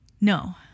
No